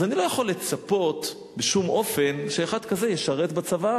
אז אני לא יכול לצפות בשום אופן שאחד כזה ישרת בצבא.